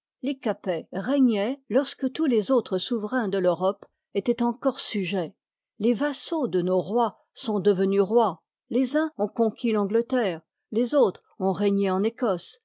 les capet régnoient lorsque tous les autres souverains de l'europe étoient encore sujets les vassaux de nos rois sont devenus rois les uns ont conquis li angleterre les autres ont régné en ecosse